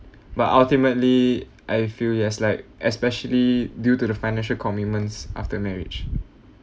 but ultimately I feel yes like especially due to the financial commitments after marriage